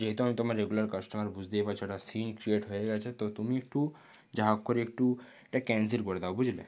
যেহেতু আমি তোমার রেগুলার কাস্টোমার বুঝতেই পারছো একটা সিন ক্রিয়েট হয়ে গেছে তো তুমি একটু যা হোক করে একটু এটা ক্যান্সেল করে দাও বুঝলে